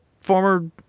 former